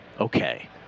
Okay